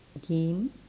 game